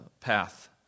path